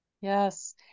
Yes